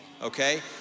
okay